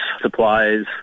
supplies